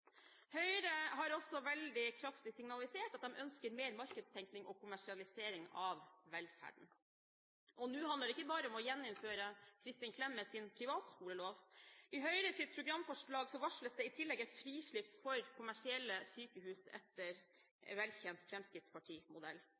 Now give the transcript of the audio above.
Høyre har også veldig kraftig signalisert at de ønsker mer markedstenkning og kommersialisering av velferden. Nå handler det ikke bare om å gjeninnføre Kristin Clemets privatskolelov, i Høyres programforslag varsles det i tillegg et frislipp for kommersielle sykehus etter velkjent fremskrittspartimodell.